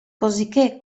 cosicché